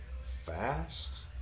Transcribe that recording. fast